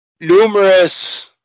numerous